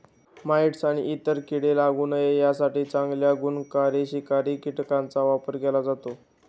mites आणि इतर कीडे लागू नये यासाठी चांगल्या गुणकारी शिकारी कीटकांचा वापर केला जातो